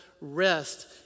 rest